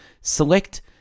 Select